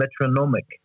metronomic